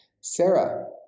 Sarah